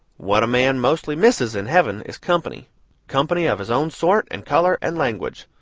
what a man mostly misses, in heaven, is company company of his own sort and color and language.